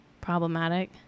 Problematic